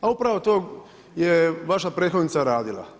A upravo to je vaša prethodnica radila.